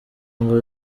ngo